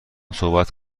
صحبت